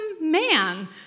man